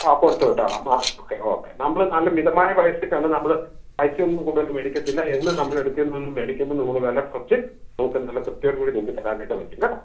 ആ കൊടുത്തുവിട്ടാളാം ആ ഓക്കെ ഓക്കെ നമ്മള് നല്ല മിതമായ പൈസയ്ക്കാണു നമ്മള് പൈസയൊന്നും കൂടുതല് മേടിക്കത്തില്ല എന്നും നമ്മള് എടുക്കന്ന മേടിക്കുന്ന നമ്മള് വില കുറച്ച് നിങ്ങള്ക്കു നല്ല തൃപ്തിയോടുകൂടി നിങ്ങള്ക്കു തരാനായിട്ടു പറ്റും കേട്ടോ